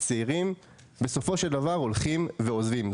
הצעירים בסופו של דבר הולכים ועוזבים,